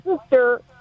sister